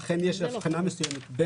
אכן יש הבחנה מסוימת.